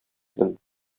идем